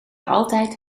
altijd